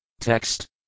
Text